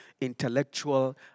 intellectual